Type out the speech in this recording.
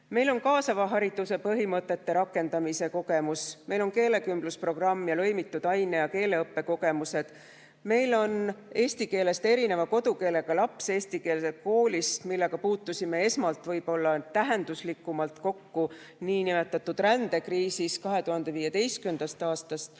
Meil on kaasava hariduse põhimõtete rakendamise kogemus. Meil on keelekümblusprogramm ja lõimitud aine‑ ja keeleõppe kogemused. Meil on [kogemusi] eesti keelest erineva kodukeelega laste õpetamisega eestikeelses koolis, millega puutusime esmalt võib olla tähenduslikumalt kokku niinimetatud rändekriisis 2015. aastal.